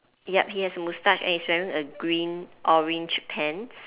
yup he has a mustache and he's wearing a green orange pants